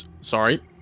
sorry